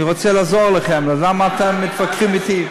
אני רוצה לעזור לכם, אז למה אתם מתווכחים אתי?